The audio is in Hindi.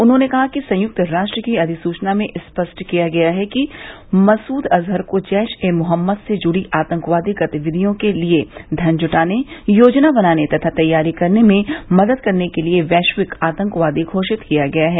उन्होंने कहा कि संयुक्त राष्ट्र की अधिसुचना में स्पष्ट किया गया है कि मसूद अजहर को जैश ए मोहम्मद से जुड़ी आतंकवादी गतिविधियों के लिए धन जुटाने योजना बनाने तथा तैयारी करने में मदद करने के लिए वैश्विक आतंकवादी घोषित किया गया है